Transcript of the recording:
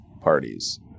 parties